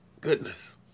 Goodness